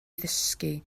ddysgu